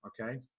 okay